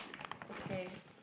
okay